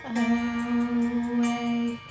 away